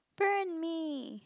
burn me